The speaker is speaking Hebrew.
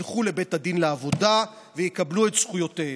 ילכו לבית הדין לעבודה ויקבלו את זכויותיהם.